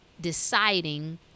deciding